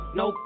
no